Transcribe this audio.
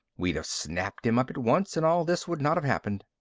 we'd have snapped him up at once and all this would not have happened.